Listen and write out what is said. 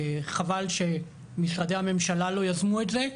חבל שמשרדי הממשלה לא יזמו את זה,